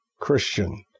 Christian